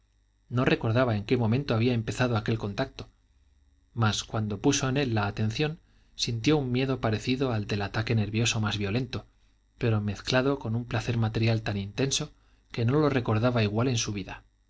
no recordaba en qué momento había empezado aquel contacto mas cuando puso en él la atención sintió un miedo parecido al del ataque nervioso más violento pero mezclado con un placer material tan intenso que no lo recordaba igual en su vida